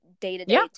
day-to-day